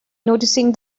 noticing